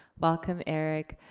welcome, erik.